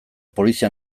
polizia